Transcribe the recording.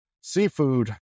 Seafood